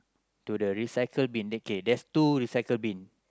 to the recycle bin okay there's two recycle bin